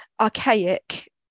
archaic